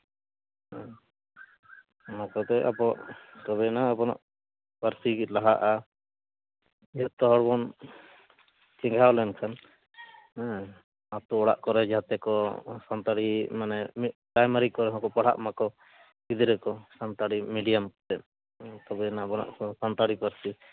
ᱦᱮᱸ ᱟᱯᱮ ᱛᱮ ᱟᱵᱚ ᱛᱚᱵᱮᱭᱮᱱᱟ ᱟᱵᱚᱱᱟᱜ ᱯᱟᱹᱨᱥᱤ ᱜᱮ ᱞᱟᱦᱟᱜᱼᱟ ᱡᱷᱚᱛᱚ ᱦᱚᱲ ᱵᱚᱱ ᱪᱮᱸᱜᱷᱟᱣ ᱞᱮᱱᱠᱷᱟᱱ ᱦᱮᱸ ᱟᱛᱳ ᱚᱲᱟᱜ ᱠᱚᱨᱮ ᱡᱟᱛᱮ ᱠᱚ ᱥᱟᱱᱛᱟᱲᱤ ᱢᱟᱱᱮ ᱢᱤᱫ ᱯᱨᱟᱭᱢᱟᱨᱤ ᱠᱚᱨᱮ ᱦᱚᱸᱠᱚ ᱯᱟᱲᱦᱟᱜ ᱢᱟᱠᱚ ᱜᱤᱫᱽᱨᱟᱹ ᱠᱚ ᱥᱟᱱᱛᱟᱲᱤ ᱢᱤᱰᱤᱭᱟᱢ ᱛᱮ ᱛᱚᱵᱮᱭᱮᱱᱟ ᱟᱵᱚᱱᱟᱜ ᱥᱟᱱᱛᱟᱲᱤ ᱯᱟᱹᱨᱥᱤ